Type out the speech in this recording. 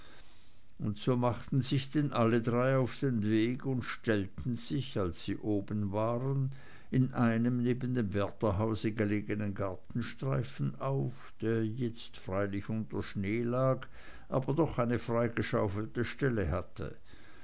und so machten sich denn alle drei auf den weg und stellten sich als sie oben waren in einem neben dem wärterhaus gelegenen gartenstreifen auf der jetzt freilich unter schnee lag aber doch eine freigeschaufelte stelle hatte